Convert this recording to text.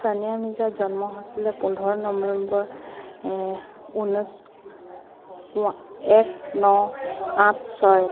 ছানিয়া মিৰ্জাৰ জন্ম হৈছিলে পোন্ধৰ নৱেম্বৰ ঊনৈছ ৱা এক ন আঠ ছয়